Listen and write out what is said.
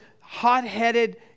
hot-headed